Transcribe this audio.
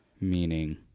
Meaning